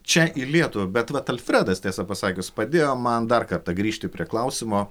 čia į lietuvą bet vat alfredas tiesą pasakius padėjo man dar kartą grįžti prie klausimo